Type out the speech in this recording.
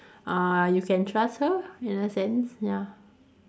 uh you can trust her in a sense ya